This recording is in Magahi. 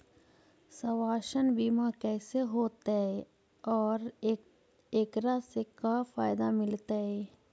सवासथ बिमा कैसे होतै, और एकरा से का फायदा मिलतै?